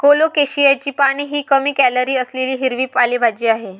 कोलोकेशियाची पाने ही कमी कॅलरी असलेली हिरवी पालेभाजी आहे